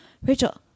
Rachel